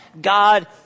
God